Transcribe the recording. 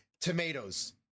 tomatoes